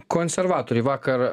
konservatoriai vakar